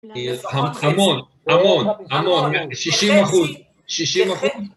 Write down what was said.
המון, המון, המון, 60 אחוז, 60 אחוז.